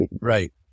Right